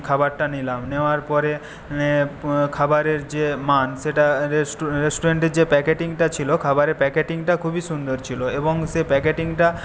খাবারটা নিলাম নেওয়ার পরে খাবারের যে মান সেটা রেস্টুরেন্টের যে প্যাকেটিংটা ছিলো খাবারের প্যাকেটিংটা খুবইও সুন্দর ছিলো এবং সে প্যাকেটিংটা